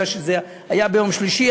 זה היה ביום שלישי,